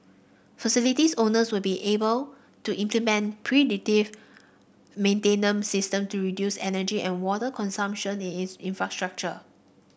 facility owners will be able to implement predictive maintenance systems to reduce energy and water consumption in its infrastructure